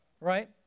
right